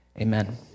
Amen